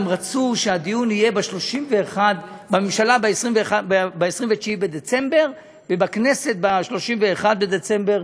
הם רצו שהדיון יהיה בממשלה ב-29 בדצמבר ובכנסת ב-31 בדצמבר.